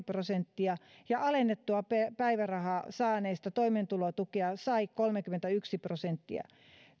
prosenttia ja alennettua päivärahaa saaneista toimeentulotukea sai kolmekymmentäyksi prosenttia